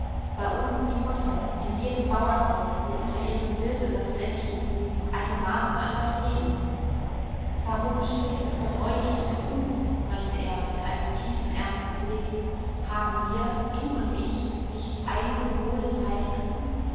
bei uns die mutter in jedem bauernhaus wo unter ihrem bilde das lämpchen glüht eine mahnung an das leben warum sprichst du von euch und uns meinte er mit einem tiefen ernsten blick haben wir du und ich nicht ein symbol des heiligsten